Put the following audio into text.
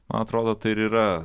man atrodo tai ir yra